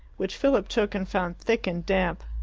which philip took and found thick and damp.